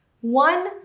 one